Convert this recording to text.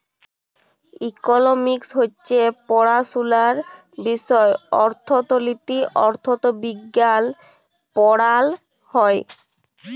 economics হছে পড়াশুলার বিষয় অথ্থলিতি, অথ্থবিজ্ঞাল পড়াল হ্যয়